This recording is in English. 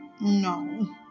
No